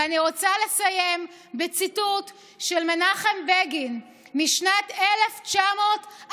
אני רוצה לסיים בציטוט של מנחם בגין משנת 1949,